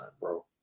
bro